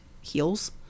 heals